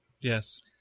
Yes